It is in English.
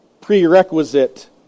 prerequisite